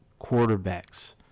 quarterbacks